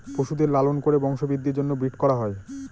পশুদের লালন করে বংশবৃদ্ধির জন্য ব্রিড করা হয়